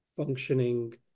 functioning